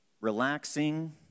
relaxing